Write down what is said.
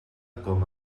com